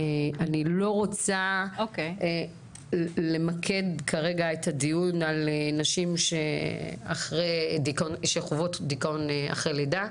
אני לא רוצה למקד כרגע את הדיון על נשים שחוות דיכאון אחרי לידה,